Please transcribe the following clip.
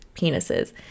penises